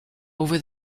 over